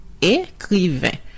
Écrivain